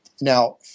Now